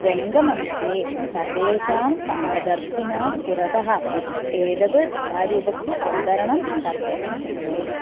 रङ्गमञ्चे सर्वेषां क दर्शिनां पुरतः एतत् कलारूपस्य अवतरणं कर्तुं शक्नोति